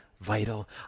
vital